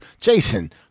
Jason